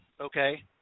okay